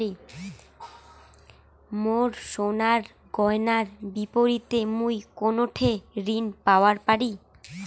মোর সোনার গয়নার বিপরীতে মুই কোনঠে ঋণ পাওয়া পারি?